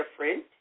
different